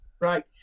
Right